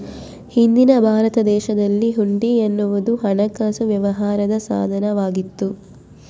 ಹಿಂದಿನ ಭಾರತ ದೇಶದಲ್ಲಿ ಹುಂಡಿ ಎನ್ನುವುದು ಹಣಕಾಸು ವ್ಯವಹಾರದ ಸಾಧನ ವಾಗಿತ್ತು